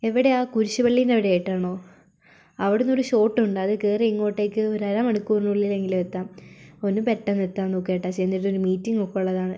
എവിടെയാ ആ കുരിശ്പള്ളിൻറ്റെ അവിടെയായിട്ടാണോ അവിടുന്നൊരു ഷോർട്ട് ഉണ്ട് അത് കേറി ഇങ്ങോട്ടേക്ക് ഒരു അര മണിക്കൂറിനുള്ളിലെങ്കിലും എത്താം ഒന്നു പെട്ടന്നു എത്താൻ നോക്ക് ചേട്ടാ ചെന്നിട്ടൊരു മീറ്റിംഗ് ഒക്കെയുള്ളതാണ്